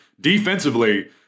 Defensively